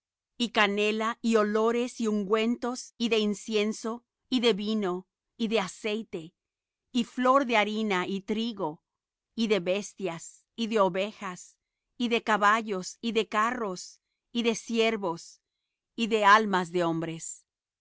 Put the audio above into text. y canela y olores y ungüentos y de incienso y de vino y de aceite y flor de harina y trigo y de bestias y de ovejas y de caballos y de carros y de siervos y de almas de hombres